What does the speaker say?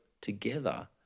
together